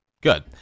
good